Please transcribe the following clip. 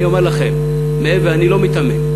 אני אומר לכם, ואני לא מיתמם.